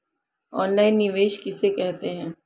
Online निवेश किसे कहते हैं?